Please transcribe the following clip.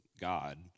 God